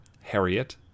Harriet